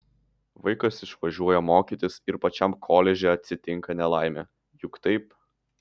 vaikas išvažiuoja mokytis ir pačiam koledže atsitinka nelaimė juk taip